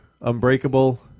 Unbreakable